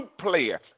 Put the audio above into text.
player